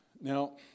Now